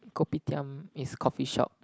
Kopitiam is coffeeshop